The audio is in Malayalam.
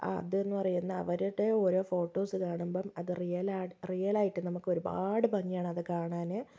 അത് എന്ന് പറയുന്ന അവരുടെ ഓരോ ഫോട്ടോസ് കാണുമ്പം അത് റിയൽ ആ റിയൽ ആയിട്ട് നമുക്ക് ഒരുപാട് ഭംഗിയാണ് അത് കാണാൻ